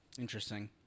Interesting